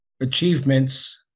achievements